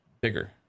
bigger